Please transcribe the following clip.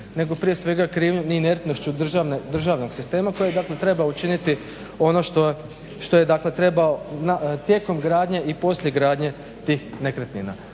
nego prije svega krivnjom inertnošću državnog sistema koji dakle treba učiniti ono što je trebao tijekom gradnje i poslije gradnje tih nekretnina.